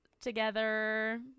together